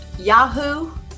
Yahoo